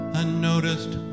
unnoticed